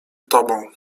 tobą